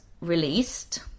released